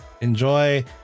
enjoy